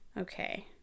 okay